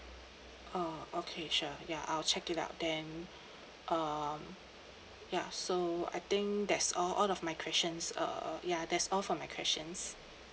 oh okay sure ya I'll check it out then um ya so I think that's all all of my questions err ya that's all from my questions